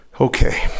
Okay